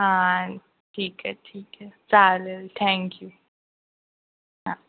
हा ठीक आहे ठीक आहे चालेल थँक्यू हां